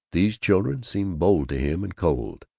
these children seemed bold to him, and cold.